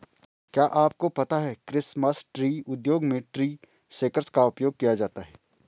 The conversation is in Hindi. क्या आपको पता है क्रिसमस ट्री उद्योग में ट्री शेकर्स का उपयोग किया जाता है?